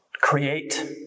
create